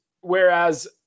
Whereas